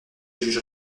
juge